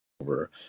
over